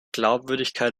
glaubwürdigkeit